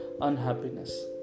unhappiness